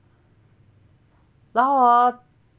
然后 hor